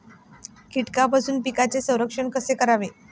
कीटकांपासून पिकांचे संरक्षण कसे करावे?